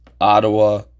Ottawa